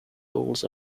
holes